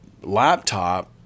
laptop